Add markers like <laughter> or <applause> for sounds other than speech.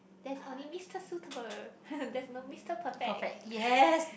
there's only Mister suitable <laughs> there's no Mister perfect <breath>